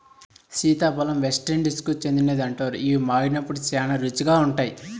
సీతాఫలం వెస్టిండీస్కు చెందినదని అంటారు, ఇవి మాగినప్పుడు శ్యానా రుచిగా ఉంటాయి